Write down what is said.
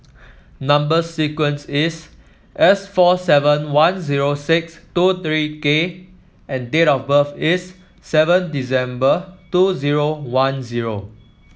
number sequence is S four seven one zero six two three K and date of birth is seven December two zero one zero